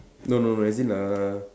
no no no as in err